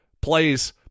Plays